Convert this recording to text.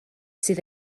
sydd